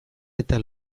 eta